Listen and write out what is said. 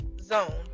zone